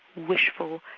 wishful,